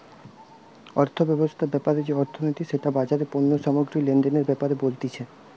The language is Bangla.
অর্থব্যবস্থা ব্যাপারে যে অর্থনীতি সেটা বাজারে পণ্য সামগ্রী লেনদেনের ব্যাপারে বলতিছে